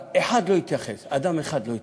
אבל אחד לא התייחס, אדם אחד לא התייחס.